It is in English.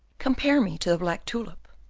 compare me to the black tulip,